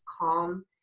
calm